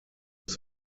des